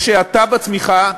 יש האטה בצמיחה.